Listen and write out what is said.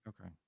okay